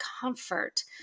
comfort